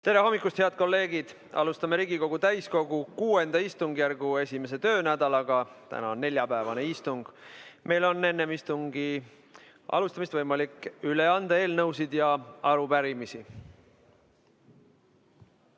Tere hommikust, head kolleegid! Alustame Riigikogu täiskogu VI istungjärgu 1. töönädalat, täna on neljapäevane istung. Meil on enne istungi alustamist võimalik üle anda eelnõusid ja arupärimisi.